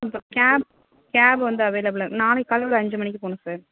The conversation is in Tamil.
கேபு கேபு வந்து அவைலபிலுங் நாளைக்கு காலை அஞ்சு மணிக்கு போகணும் சார்